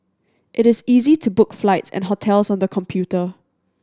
it is easy to book flights and hotels on the computer